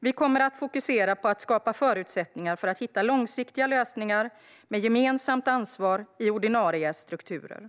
Vi kommer att fokusera på att skapa förutsättningar för att hitta långsiktiga lösningar med gemensamt ansvar i ordinarie strukturer.